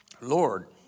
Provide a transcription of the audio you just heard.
Lord